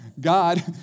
God